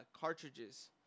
cartridges